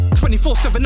24-7